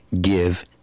give